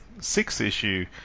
six-issue